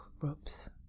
ropes